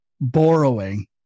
borrowing